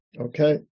Okay